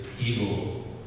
evil